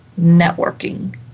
networking